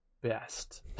best